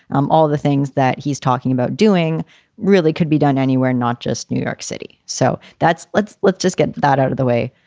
um all the things that he's talking about doing really could be done anywhere, not just new york city. so that's let's let's just get that out of the way.